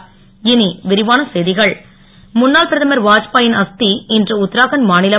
ழுன்னாள் பிரதமர் வாத்பாயின் அஸ்தி இன்று உத்தராகண்ட் மாநிலம்